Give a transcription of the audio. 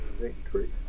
victory